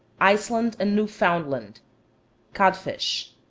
iceland and newfoundland codfish.